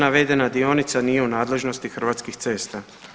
Navedena dionica nije u nadležnosti Hrvatskih cesta.